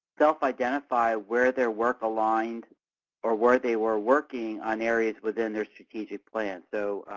self-identify where their work aligned or where they were working on areas within their strategic plan. so,